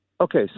Okay